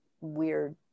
weird